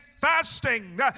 fasting